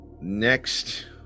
Next